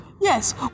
Yes